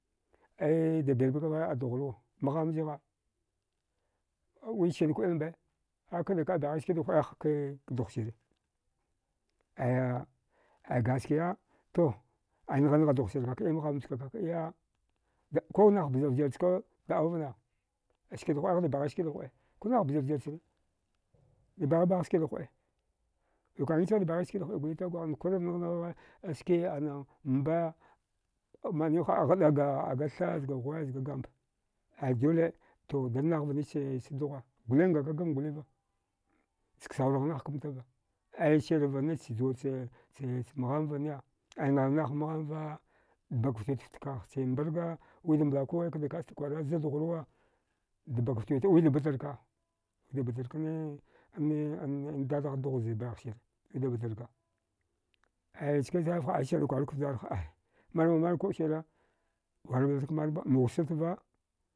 Aya dabirbagha a dughruwa mgham zigha wiskida kwilba akada ka baghich skida huɗe ahakiy dughsire aya gaskiya to aya nghangha duhsir kakiya mghamchka kak iya da kunah bza vgirrchka da auvana siga huɗe aghda baghich skidahuɗe kunah bza vgirr chana da baghibaghaghch skida huɗe wi kuɗagighda baghich skida huɗe golita gwagha warnana nghanghagha ski inamba maniwha ghɗaga tha zga ghuwe zga gamba ai dole danaghva niche dughwa gole ngaka gam goliva chak sauragh nahkamtava aya sirvanne chajuwach mgham vanne ai ngannah mgamva bagachkaghch mbarga wida mblakuwa kada kwarsta kwara zadughruwa da bakaftawita wida batarka widabirkan ane ane dadagh dugh zbaighsire wida batarka aya nchkinsani vaha aya sirda kwara ka vjarha ay manmaman kuɗ sire ngana blatak manva mba wusatva